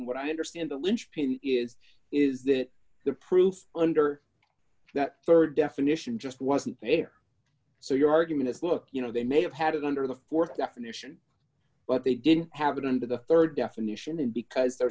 what i understand the linchpin is is that the proof under that rd definition just wasn't there so your argument is look you know they may have had it under the th definition but they didn't have it under the rd definition because there